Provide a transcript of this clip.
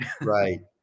Right